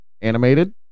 animated